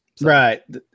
Right